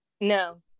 No